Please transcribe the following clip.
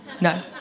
No